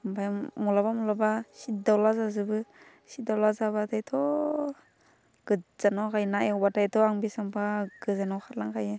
ओमफ्राय मालाबा मालाबा सिददावला जाजोबो सिददावला जाबाथायथ' गोजानाव थाखायो ना एवबाथायथ' आं बिसियांबा गोजानाव खारलांखायो